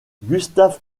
gustave